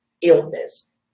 illness